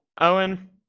Owen